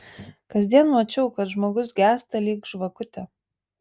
kasdien mačiau kad žmogus gęsta lyg žvakutė